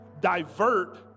divert